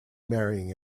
marrying